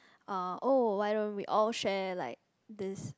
uh oh why don't we all share like this